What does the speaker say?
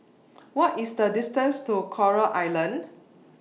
What IS The distance to Coral Island